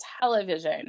television